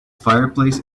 fireplace